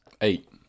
Eight